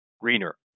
Greener